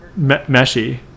meshy